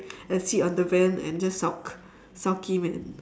and sit on the van and just sulk sulky man